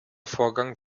vorgang